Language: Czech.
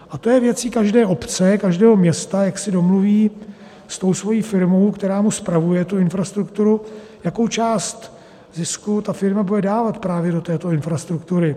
A to je věcí každé obce, každého města, jak se domluví s tou svou firmou, která spravuje tu infrastrukturu, jakou část zisku ta firma bude dávat právě do této infrastruktury.